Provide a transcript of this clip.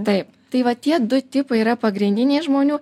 taip tai va tie du tipai yra pagrindiniai žmonių